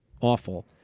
Awful